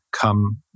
come